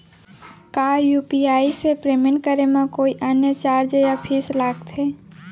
का यू.पी.आई से पेमेंट करे म कोई अन्य चार्ज या फीस लागथे?